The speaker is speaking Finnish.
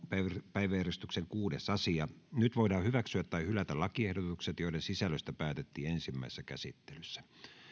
päiväjärjestyksen kuudes asia nyt voidaan hyväksyä tai hylätä lakiehdotukset joiden sisällöstä päätettiin ensimmäisessä käsittelyssä